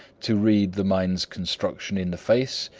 to read the mind's construction in the face.